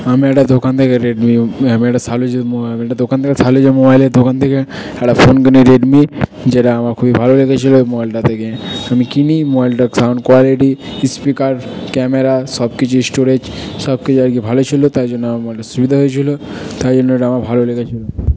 আমি একটা দোকান থেকে রেডমি আমি একটা আমি শালুচি মোয়া আমি একটা দোকান থেকে শালুচি মোবাইলের দোকান থেকে একটা ফোন কিনি রেডমি যেটা আমার খুবই ভালো লেগেছিলো মোবাইলটা দেখে আমি কিনি মোবাইলটার সাউন্ড কোয়ালিটি স্পিকার ক্যামেরা সব কিছু স্টোরেজ সব কিছু আর কী ভালো ছিলো তাই জন্য আমার মোবাইলটা সুবিধা হয়েছিলো তাই জন্য ওটা আমার ভালো লেগেছিলো